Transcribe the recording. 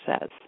says